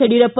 Yediyurappa